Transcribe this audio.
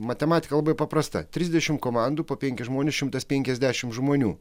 matematika labai paprasta trisdešimt komandų po penkis žmonės šimtas penkiasdešimt žmonių